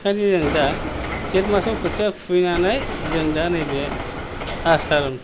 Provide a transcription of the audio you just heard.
बेखायनो जों दा जेठ मासआव खोथिया खुबैनानै जों दा नैबे आसार